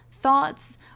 thoughts